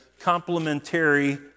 complementary